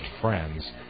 friends